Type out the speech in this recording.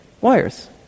Wires